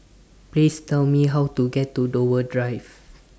Please Tell Me How to get to Dover Drive